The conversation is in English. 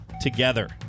together